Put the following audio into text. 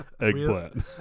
eggplant